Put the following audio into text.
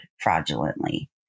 fraudulently